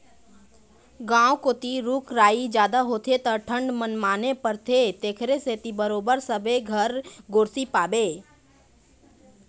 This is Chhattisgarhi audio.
गाँव कोती रूख राई जादा होथे त ठंड मनमाने परथे तेखरे सेती बरोबर सबे घर गोरसी पाबे